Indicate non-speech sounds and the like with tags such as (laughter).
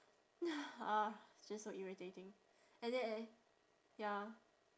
(breath) ah it's just so irritating and then a~ ya